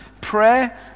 prayer